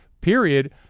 period